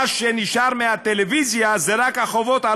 ומה שנשאר מהטלוויזיה זה רק החובות על